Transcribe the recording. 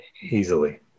Easily